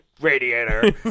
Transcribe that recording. radiator